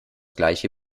gleiche